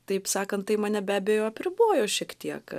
taip sakant tai mane be abejo apribojo šiek tiek